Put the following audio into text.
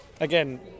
Again